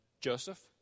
Joseph